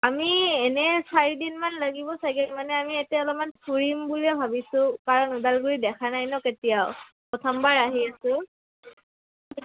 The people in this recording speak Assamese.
আমি এনে চাৰিদিনমান লাগিব চাগে মানে আমি এতিয়া অলপমান ফুৰিম বুলিয়ে ভাবিছোঁ কাৰণ ওদালগুৰি দেখা নাই ন কেতিয়াও প্ৰথমবাৰ আহি আছোঁ